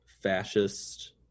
fascist